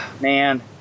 man